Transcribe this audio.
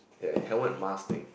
ya helmet mask thing